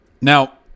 Now